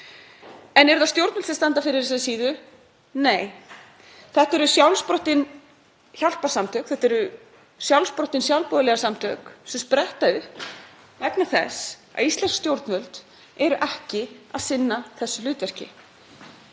En eru það stjórnvöld sem standa fyrir þessari síðu? Nei, þetta eru sjálfsprottin hjálparsamtök. Þetta eru sjálfsprottin sjálfboðaliðasamtök sem spretta upp vegna þess að íslensk stjórnvöld sinna ekki þessu hlutverki.